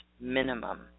minimum